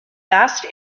vast